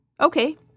Okay